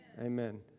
Amen